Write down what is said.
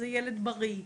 זה ילד בריא,